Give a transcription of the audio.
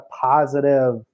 positive